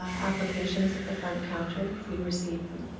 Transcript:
applications at the front counter we receive them.